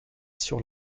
sur